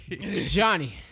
Johnny